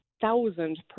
thousand